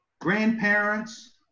grandparents